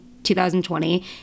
2020